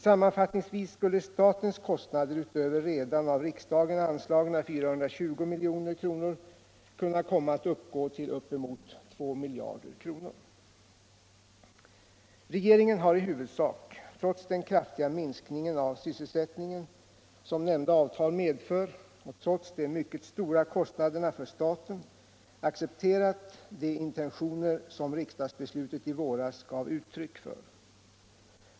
Sammanfattningsvis skulle statens kostnader utöver redan av riksdagen anslagna 420 milj.kr. kunna komma att uppgå till - Nr 27 uppemot 2 miljarder kronor. Tisdagen den Regeringen har i huvudsak, trots den kraftiga minskning av syssel 16 november 1976 sättningen som nämnda avtal medför och trots de mycket stora kost= I naderna för staten, accepterat de intentioner som riksdagsbeslutet i våras Om varvsindustrins gav uttryck för.